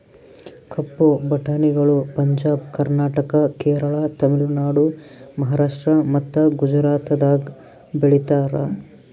ಕಪ್ಪು ಬಟಾಣಿಗಳು ಪಂಜಾಬ್, ಕರ್ನಾಟಕ, ಕೇರಳ, ತಮಿಳುನಾಡು, ಮಹಾರಾಷ್ಟ್ರ ಮತ್ತ ಗುಜರಾತದಾಗ್ ಬೆಳೀತಾರ